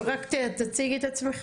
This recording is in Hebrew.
טוב, רק תציג את עצמך,